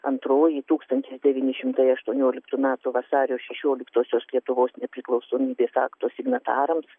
antroji tūkstantis devyni šimtai aštuonioliktų metų vasario šešioliktosios lietuvos nepriklausomybės akto signatarams